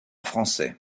français